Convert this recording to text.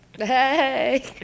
Hey